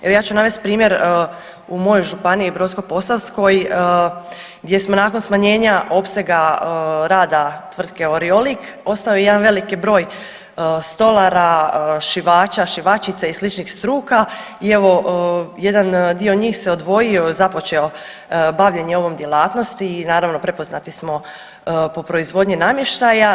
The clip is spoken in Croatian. Jer ja ću navesti primjer u mojoj županiji Brodsko-posavskoj gdje smo nakon smanjenja opsega rada tvrtke Oriolik ostao je jedan veliki broj stolara, šivaća, šivačica i sličnih struka i evo jedan dio njih se odvojio, započeo bavljenje ovom djelatnosti i naravno prepoznati smo po proizvodnji namještaja.